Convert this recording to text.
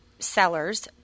Sellers